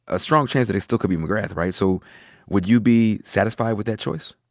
a strong chance that it still could be mcgrath, right? so would you be satisfied with that choice?